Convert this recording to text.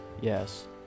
Yes